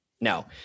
No